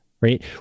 right